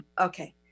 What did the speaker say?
Okay